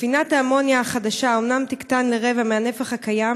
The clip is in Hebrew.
ספינת האמוניה החדשה אומנם תקטן לרבע מהנפח הקיים,